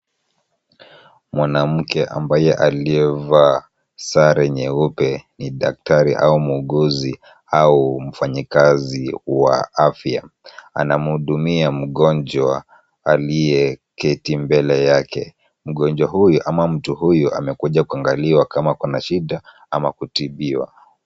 Mwanamke ambaye aliyevaa sare nyeupe ni daktari au muuguzi au mfanyikazi wa afya. Anamhudumia mgonjwa aliyeketi mbele yake. Mgonjwa huyu ama mtu huyu amekuja kuangaliwa kama kuna shida ama kutibiwa.